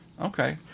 Okay